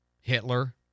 Hitler